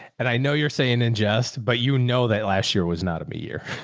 and i know you're saying ingest, but you know, that last year was not a year.